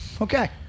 Okay